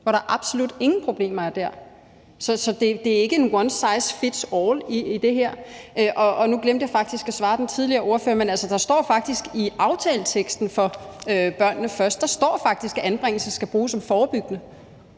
hvor der absolut ingen problemer er. Så der er ikke en one size fits all i det her. Nu glemte jeg faktisk at svare den tidligere ordfører, men der står faktisk i aftaleteksten for »Børnene Først«, at anbringelse skal bruges forebyggende.